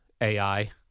AI